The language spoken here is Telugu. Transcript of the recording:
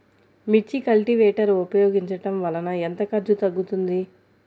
మిర్చి కల్టీవేటర్ ఉపయోగించటం వలన ఎంత ఖర్చు తగ్గుతుంది?